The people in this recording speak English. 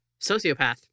sociopath